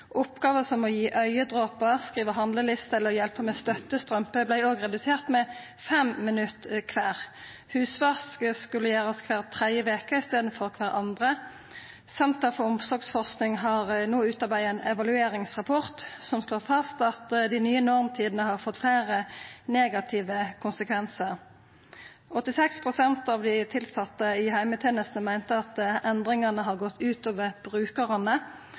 Oppgåver som å gi augedropar, skriva handleliste eller hjelpa med støttestrømper vart også redusert med 5 minutt kvar. Husvask skulle gjerast kvar tredje veke i staden for annakvar. Senter for omsorgsforsking har no utarbeidd ein evalueringsrapport som slår fast at dei nye normtidene har fått fleire negative konsekvensar. 86 pst. av dei tilsette i heimetenestene meinte at endringane har gått ut over brukarane,